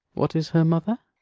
what is her mother?